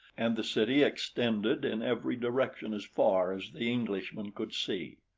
and the city extended in every direction as far as the englishman could see.